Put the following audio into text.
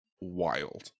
wild